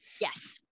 Yes